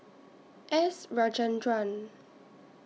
S Rajendran